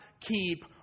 keep